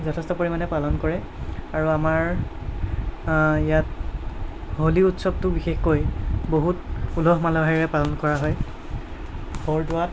যথেষ্ট পৰিমাণে পালন কৰে আৰু আমাৰ ইয়াত হোলী উৎসৱটো বিশেষকৈ বহুত উলহ মালহেৰে পালন কৰা হয় বৰদোৱাত